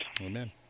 Amen